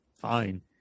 fine